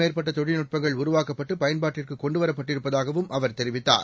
மேற்பட்டதொழில்நுட்பங்கள் உருவாக்கப்பட்டுபயன்பாட்டிற்கு கொண்டுவரப் நூற்றுக்கும் பட்டிருப்பதாகவும் அவர் தெரிவித்தார்